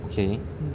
okay